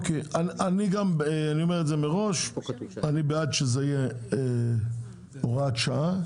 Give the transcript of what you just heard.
אני אומר מראש שאני בעד שהתיקון העקיף יהיה בהוראת שעה,